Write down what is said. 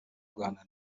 rwanda